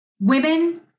women